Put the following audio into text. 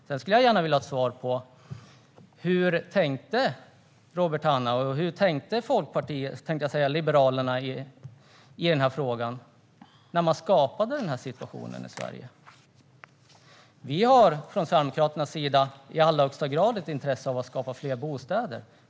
Sedan skulle jag gärna vilja ha ett svar på hur Robert Hannah och Liberalerna tänkte i denna fråga när de skapade denna situation i Sverige? Vi i Sverigedemokraterna har i allra högsta grad ett intresse av att skapa fler bostäder.